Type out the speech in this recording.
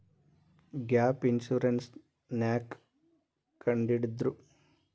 Gap insurance ನ್ಯಾಕ್ ಕಂಢಿಡ್ದ್ರು?